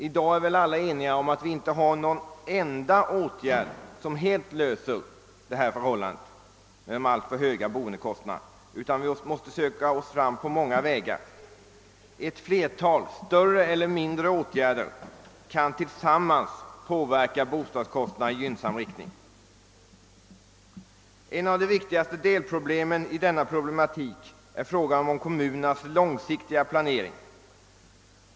I dag är väl alla ense om att det inte finns någon åtgärd som ensam löser problemet med de alltför höga boendekostnaderna, utan vi måste söka oss fram på många vägar. Ett flertal större eller mindre åtgärder kan tillsammans påverka bostadskostnaderna i gynnsam riktning. Ett av de viktigaste delproblemen därvidlag är frågan om kommunernas långsiktiga planering.